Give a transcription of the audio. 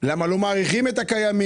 למה לא מאריכים את הקיימים?